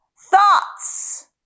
Thoughts